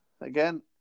again